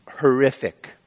horrific